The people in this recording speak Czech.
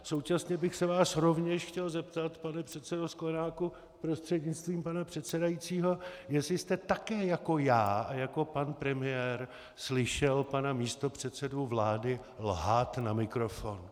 Současně bych se vás rovněž chtěl zeptat, pane předsedo Sklenáku prostřednictvím pana předsedajícího, jestli jste také jako já a jako pan premiér slyšel pana místopředsedu vlády lhát na mikrofon.